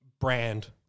brand